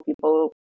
people